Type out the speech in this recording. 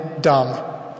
dumb